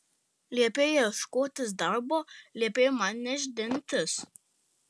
liepei ieškotis darbo liepei man nešdintis